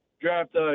draft